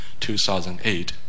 2008